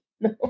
no